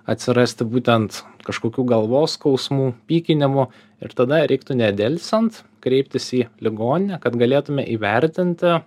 atsirasti būtent kažkokių galvos skausmų pykinimų ir tada reiktų nedelsiant kreiptis į ligoninę kad galėtume įvertinti